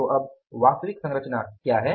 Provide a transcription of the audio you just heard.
तो अब वह वास्तविक संरचना क्या है